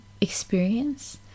experience